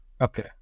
Okay